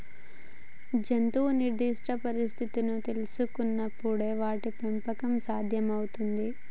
జంతువు నిర్దిష్ట పరిస్థితిని తెల్సుకునపుడే వాటి పెంపకం సాధ్యం అవుతుంది